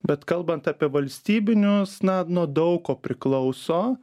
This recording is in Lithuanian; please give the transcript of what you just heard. bet kalbant apie valstybinius na nuo daug ko priklauso